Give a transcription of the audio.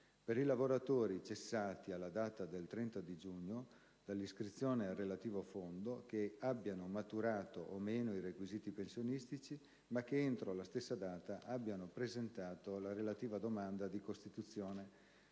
Per i lavoratori elettrici cessati alla data del 30 giugno dall'iscrizione al relativo Fondo che abbiano maturato o meno i requisiti pensionistici, ma che entro la stessa data abbiano presentato la relativa domanda di costituzione